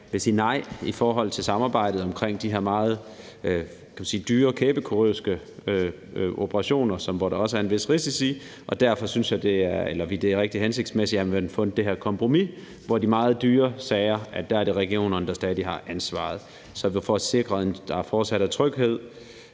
vil sige nej til samarbejdet omkring de her meget dyre kæbekirurgiske operationer, hvor der også er en vis risiko. Derfor synes vi, at det er rigtig hensigtsmæssigt, at man har fundet det her kompromis, hvor det er regionerne, der i de meget dyre sager stadig har ansvaret. Så får vi sikret, at der fortsat er tryghed